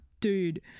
dude